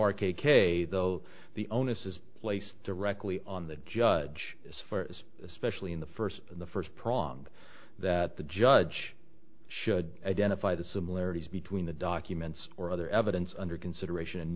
k though the onus is placed directly on the judge as far as especially in the first in the first prong that the judge should identify the similarities between the documents or other evidence under consideration